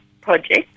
project